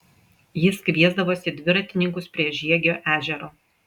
jis kviesdavosi dviratininkus prie žiegio ežero